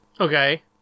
okay